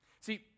see